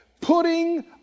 putting